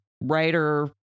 writer